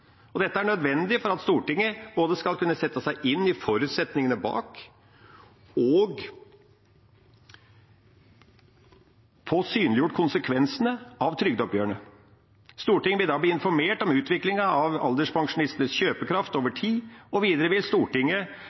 Dette er nødvendig for at Stortinget skal både kunne sette seg inn i forutsetningene bak og få synliggjort konsekvensene av trygdeoppgjørene. Stortinget vil da bli informert om utviklingen av alderspensjonistenes kjøpekraft over tid, og videre vil Stortinget